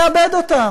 מאבד אותם.